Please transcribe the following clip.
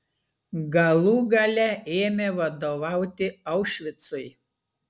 galų gale ėmė vadovauti aušvicui